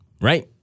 Right